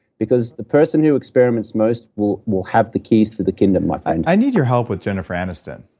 because the person who experiments most will will have the keys to the kingdom, my friend i need your help with jennifer aniston